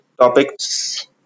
topics